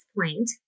point